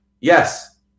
Yes